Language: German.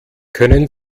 können